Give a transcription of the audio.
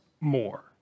more